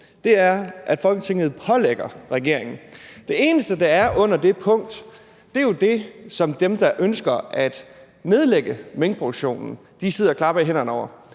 punkt er, at Folketinget pålægger regeringen noget. Det eneste under det punkt er jo det, som dem, der ønsker at nedlægge minkproduktionen, sidder og klapper i hænderne over.